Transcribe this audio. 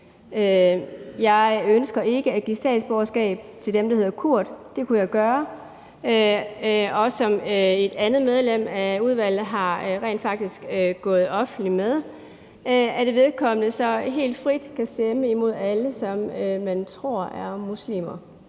Jeg ønsker ikke at give statsborgerskab til dem, der hedder Kurt. Det kunne jeg gøre, ligesom et andet medlem af udvalget rent faktisk er gået offentligt ud med, at vedkommende så helt frit kan stemme imod alle, som man tror er muslimer.